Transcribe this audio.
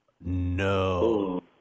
No